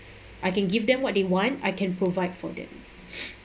I can give them what they want I can provide for them